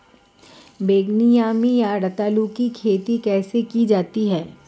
बैगनी यामी या रतालू की खेती कैसे की जाती है?